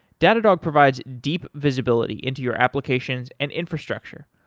datadog provides deep visibility into your applications and infrastructure.